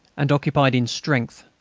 and occupied in strength.